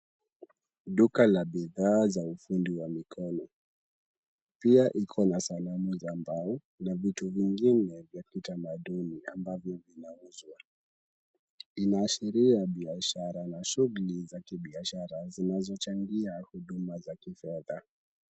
Duka la bidhaa za ufundi wa mikono, pia iko na sanamu za mbao na vitu vingine vya kitamaduni ambavyo vinauzwa. Inaashiria biashara na shughuli za kibiashara zinazochangia huduma za kifedha.